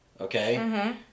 okay